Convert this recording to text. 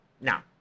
Now